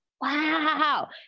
wow